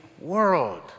world